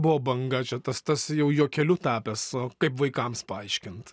buvo banga čia tas tas jau juokeliu tapęs o kaip vaikams paaiškint